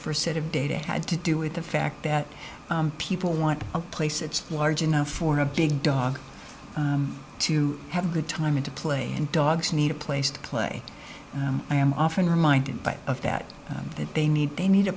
first set of data it had to do with the fact that people want a place it's large enough for a big dog to have a good time to play and dogs need a place to play i am often reminded by of that that they need they need a